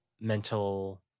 mental